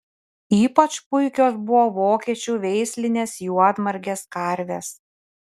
ypač puikios buvo vokiečių veislinės juodmargės karvės